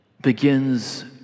begins